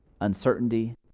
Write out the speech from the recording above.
uncertainty